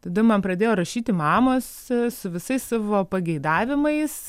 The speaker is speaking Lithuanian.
tada man pradėjo rašyti mamos su visais savo pageidavimais